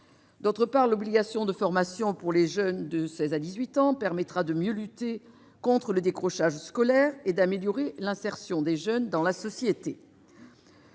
outre, l'obligation de formation de 16 à 18 ans permettra de mieux lutter contre le décrochage scolaire et d'améliorer l'insertion des jeunes dans la société.